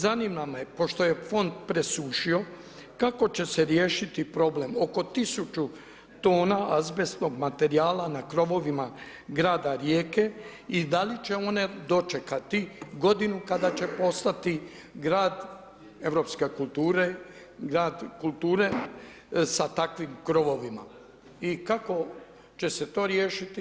Zanima me pošto je Fond presušio, kako će se riješiti problem oko 1000 tona azbestnog materijala na krovovima grada Rijeke i da li će one dočekati godinu kada će postati grad Europske kulture, grad kulture sa takvim krovovima, i kako će se to riješiti?